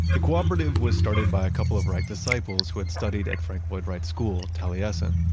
the cooperative was started by a couple of wright disciples who had studied at frank lloyd wright's school, taliesin,